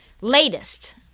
Latest